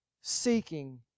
seeking